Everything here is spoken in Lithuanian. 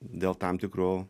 dėl tam tikrų